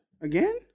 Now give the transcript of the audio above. Again